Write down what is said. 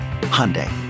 Hyundai